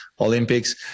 Olympics